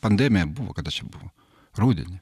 pandemija buvo kada čia buvo rudenį